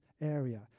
area